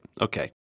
Okay